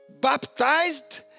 baptized